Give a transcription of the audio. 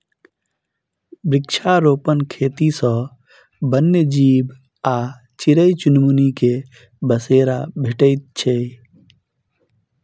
वृक्षारोपण खेती सॅ वन्य जीव आ चिड़ै चुनमुनी के बसेरा भेटैत छै